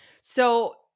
So-